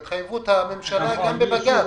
התחייבות הממשלה גם בבג"ץ.